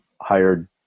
hired